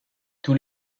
tous